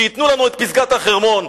שייתנו לנו את פסגת החרמון,